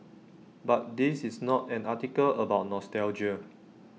but this is not an article about nostalgia